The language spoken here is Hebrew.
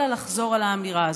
אלא לחזור על האמירה הזאת.